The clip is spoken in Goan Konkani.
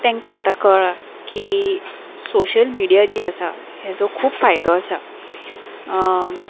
तेंकां आतां कळ्ळां की सोशल मिडिया जी आसा हेजो खूब फायदो आसा